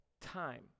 time